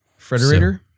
Frederator